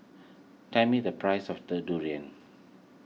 tell me the price of the Durian